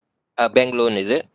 a bank loan is it